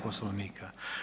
Poslovnika.